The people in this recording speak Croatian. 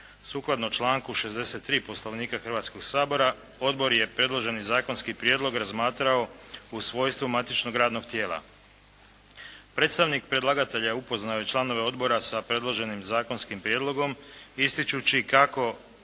Sukladno članku 63. Poslovnika Hrvatskog sabora, odbor je predloženi zakonski prijedlog razmatrao u svojstvu matičnog radnog tijela. Predstavnik predlagatelja upoznao je članove odbora sa predloženim zakonskim prijedlogom ističući kako